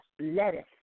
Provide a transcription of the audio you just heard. lettuce